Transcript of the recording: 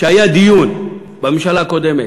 כשהיה דיון בממשלה הקודמת